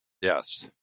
Yes